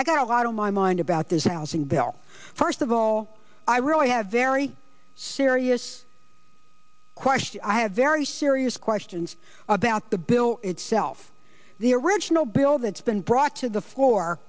i got a lot on my mind about this alvin bill first of all i really have very serious question i have very serious questions about the bill itself the original bill that's been brought to the f